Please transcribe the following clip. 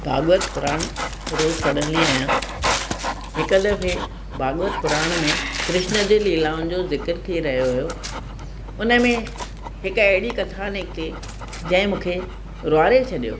भाॻवत पुराण रोज़ पढ़ंदी आहियां हिकु दफ़े भाॻवत पुराण में कृष्ण जी लीलाउनि जो ज़िक्र थी रहियो हुयो उनमें हिक अहिड़ी कथा निकिती जंहिं मूंखे रुआणे छॾियो